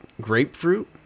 grapefruit